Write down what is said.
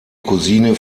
cousine